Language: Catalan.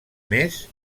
més